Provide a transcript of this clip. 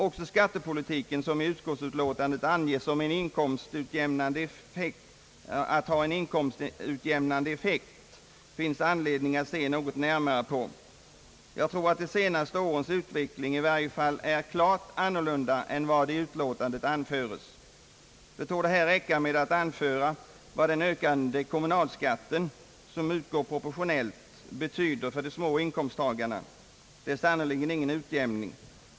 Också skattepolitiken, som i utskottsutlåtandet anges ha en inkomstutjämnande effekt, finns det anledning att se något närmare på. Jag tror att i varje fall de senaste årens utveckling är klart annorlunda än vad i utlåtandet anföres. Det torde här räcka med att peka på vad den ökande kommunalskatten, som utgår proportionellt, betyder för de små inkomsttagarna — det är sannerligen ingen utjämning.